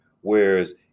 whereas